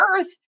earth